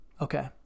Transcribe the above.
Okay